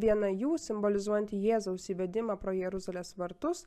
viena jų simbolizuojanti jėzaus įvedimą pro jeruzalės vartus